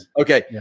Okay